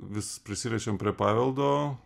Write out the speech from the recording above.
vis prisirišam prie paveldo